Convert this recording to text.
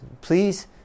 please